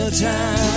time